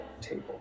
table